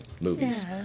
movies